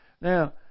Now